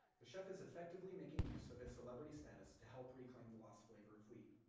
the chef is effectively making use of his celebrity status to help reclaim the lost flavor of wheat.